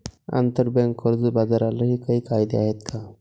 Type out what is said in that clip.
आंतरबँक कर्ज बाजारालाही काही कायदे आहेत का?